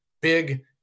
big